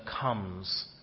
comes